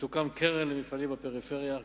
ותוקם קרן למפעלים בפריפריה,